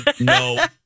No